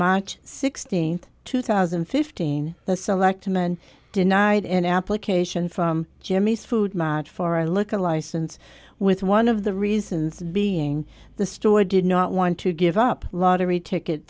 march sixteenth two thousand and fifteen the selectmen denied an application from jimmy's food match for a look at a license with one of the reasons being the store did not want to give up lottery ticket